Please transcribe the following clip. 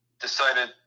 decided